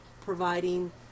providing